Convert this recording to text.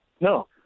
No